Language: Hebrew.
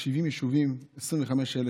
יש 70 יישובים, 25,000